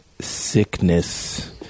sickness